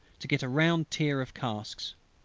to get a ground-tier of casks.